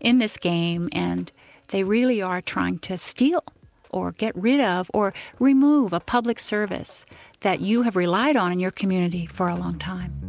in this game, and they really are trying to steal or get rid of, or remove a public service that you have relied on in your community for a long time.